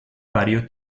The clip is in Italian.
vario